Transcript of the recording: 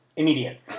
Immediate